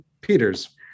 Peters